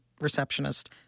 receptionist